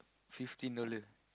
fifteen dollar